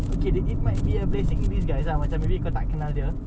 okay it might be a blessing in disguise ah macam maybe kau tak kenal dia